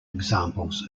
examples